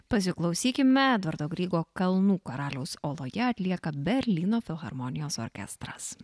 pasiklausykime edvardo grygo kalnų karaliaus oloje atlieka berlyno filharmonijos orkestras